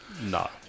No